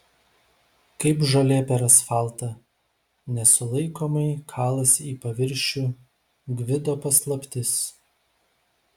kaip žolė per asfaltą nesulaikomai kalasi į paviršių gvido paslaptis